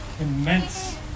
immense